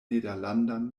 nederlandan